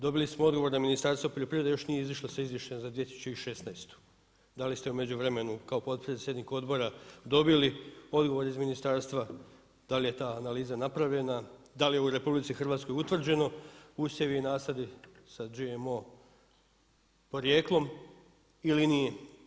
Dobili smo odgovor da Ministarstvo poljoprivrede još nije izišlo sa izvješćem za 2016. da li ste u međuvremenu kao potpredsjednik odbora dobili odgovor iz ministarstva, da li je ta analiza napravljena, da li u RH utvrđeno usjevi i nasadi sa GMO porijeklo ili nije?